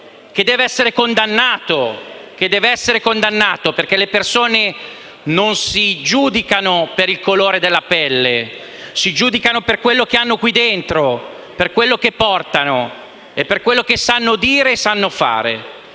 che deve essere condannato, perché le persone si giudicano non per il colore della pelle, ma per quello che hanno dentro, per quello che portano e per quello che sanno dire e fare.